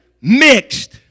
mixed